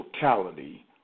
totality